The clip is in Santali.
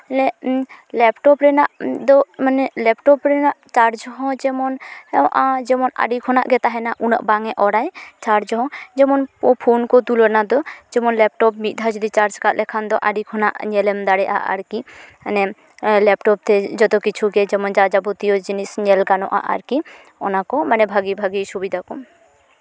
ᱞᱮᱯᱴᱚᱯ ᱨᱮᱱᱟᱜ ᱫᱚ ᱢᱟᱱᱮ ᱞᱮᱯᱴᱚᱯ ᱨᱮᱱᱟᱜ ᱪᱟᱨᱡᱽ ᱦᱚᱸ ᱡᱮᱢᱚᱱ ᱟᱹᱰᱤ ᱠᱷᱚᱱᱟᱜ ᱜᱮ ᱛᱟᱦᱮᱱᱟ ᱩᱱᱟᱹᱜ ᱵᱟᱝ ᱮ ᱚᱨᱟᱭ ᱪᱟᱨᱡᱽ ᱦᱚᱸ ᱡᱮᱢᱚᱱ ᱯᱷᱳᱱ ᱠᱚ ᱛᱩᱞᱚᱱᱟ ᱫᱚ ᱡᱮᱢᱚᱱ ᱞᱮᱯᱴᱚᱯ ᱢᱤᱫ ᱫᱷᱟᱣ ᱡᱩᱫᱤ ᱪᱟᱨᱡᱽ ᱠᱟᱜ ᱞᱮᱠᱷᱟᱱ ᱫᱚ ᱟᱹᱰᱤ ᱠᱷᱚᱱᱟᱜ ᱧᱮᱞᱮᱢ ᱫᱟᱲᱮᱭᱟᱜᱼᱟ ᱟᱨᱠᱤ ᱢᱟᱱᱮ ᱞᱮᱯᱴᱚᱯ ᱛᱮ ᱡᱚᱛᱚ ᱠᱤᱪᱷᱩᱜᱮ ᱡᱮᱢᱚᱱ ᱡᱟᱼᱡᱟᱵᱚᱛᱤᱭᱚ ᱡᱤᱱᱤᱥ ᱧᱮᱞ ᱜᱟᱱᱚᱜᱼᱟ ᱟᱨᱠᱤ ᱚᱱᱟᱠᱚ ᱢᱟᱱᱮ ᱵᱷᱟᱹᱜᱤ ᱵᱷᱟᱹᱜᱤ ᱥᱩᱵᱤᱫᱷᱟ ᱠᱚ